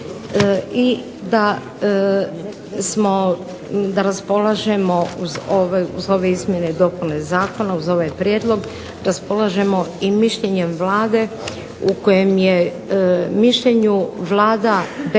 i da raspolažemo uz ove izmjene i dopune zakona uz ovaj prijedlog raspolažemo i mišljenjem Vlade u kojem je mišljenju Vlada detaljno